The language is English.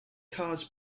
cars